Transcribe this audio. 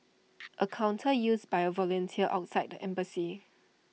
A counter used by A volunteer outside the embassy